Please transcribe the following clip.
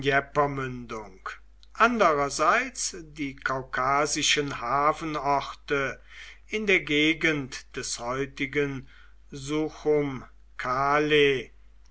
andererseits die kaukasischen hafenorte in der gegend des heutigen